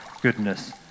goodness